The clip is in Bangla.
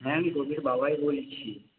হ্যাঁ আমি রবির বাবাই বলছি